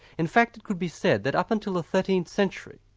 in fact, it could be said that up until the thirteenth century,